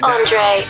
Andre